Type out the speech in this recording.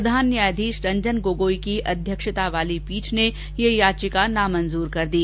प्रधान न्यायाधीश रंजन गोगोई की अध्यक्षता वाली पीठ ने ये याचिका नामंजूर कर दी